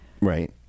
Right